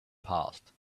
passed